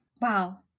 Wow